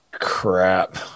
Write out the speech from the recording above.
Crap